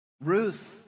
Ruth